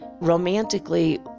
romantically